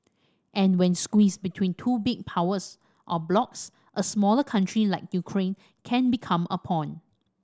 and when squeezed between two big powers or blocs a smaller country like Ukraine can become a pawn